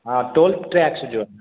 हाँ toll tax जो है ना